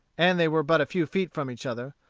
and they were but a few feet from each other,